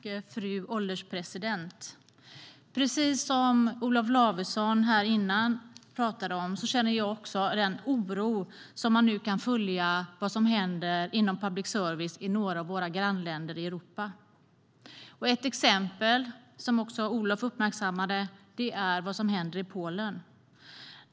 Fru ålderspresident! Precis som Olof Lavesson sa nyss känner också jag den oro som man nu kan följa beträffande vad som händer inom public service i några av våra grannländer i Europa. Ett exempel som också Olof uppmärksammade är vad som händer i Polen.